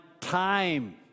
time